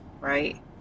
Right